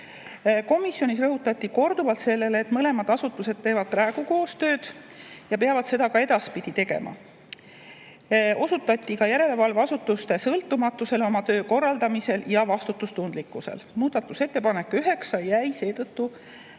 Komisjonis rõhutati korduvalt, et mõlemad asutused teevad praegu koostööd ja peavad seda ka edaspidi tegema. Osutati ka järelevalveasutuste sõltumatusele oma töö korraldamisel ja vastutustundlikkusele. Muudatusettepanek nr 9 jäi eeltoodud